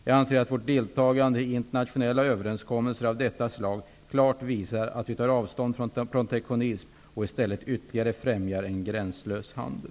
Jag anser att vårt deltagande i internationella överenskommelser av detta slag klart visar att vi tar avstånd från protektionism och i stället ytterligare främjar en gränslös handel.